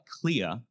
clear